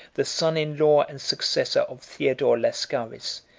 the son-in-law and successor of theodore lascaris,